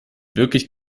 wirklich